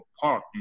park